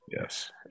Yes